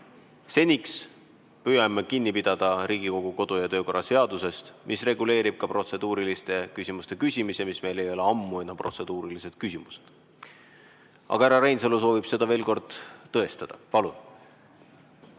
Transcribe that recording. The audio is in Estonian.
Seniks aga püüame kinni pidada Riigikogu kodu‑ ja töökorra seadusest, mis reguleerib ka protseduuriliste küsimuste küsimise. Meil ei ole siin aga ammu enam protseduurilised küsimused. Härra Reinsalu soovib seda veel kord tõestada. Palun!